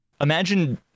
imagine